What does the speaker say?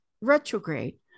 retrograde